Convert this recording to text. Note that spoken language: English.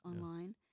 online